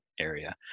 area